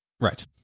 Right